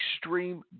extreme